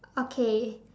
okay